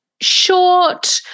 short